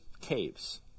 caves